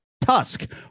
tusk